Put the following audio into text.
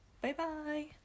Bye-bye